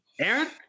Aaron